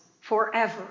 forever